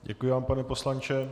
Děkuji vám, pane poslanče.